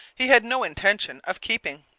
he had no intention of keeping.